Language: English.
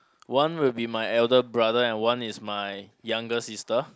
one will be my elder brother and one is my younger sister